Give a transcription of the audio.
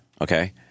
okay